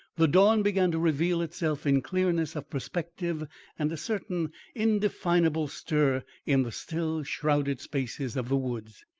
the dawn began to reveal itself in clearness of perspective and a certain indefinable stir in the still, shrouded spaces of the woods.